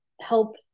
help